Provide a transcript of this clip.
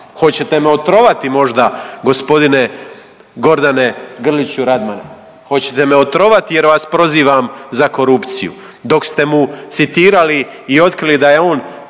Hoćete me otrovati možda gospodine Gordane Grliću Radman? Hoćete me otrovati jer vas prozivam za korupciju? Dok ste mu citirali i otkrili da je on